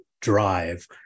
drive